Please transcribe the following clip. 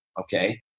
Okay